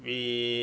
we